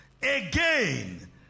Again